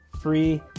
free